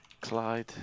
Clyde